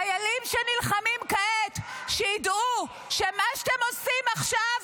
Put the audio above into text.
חיילים שנלחמים כעת, שידעו שמה שאתם עושים עכשיו,